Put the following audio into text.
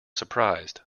surprised